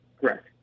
Correct